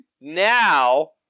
now